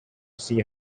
see